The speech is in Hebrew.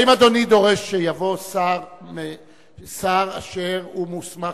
האם אדוני דורש שיבוא שר אשר הוא מוסמך